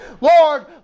Lord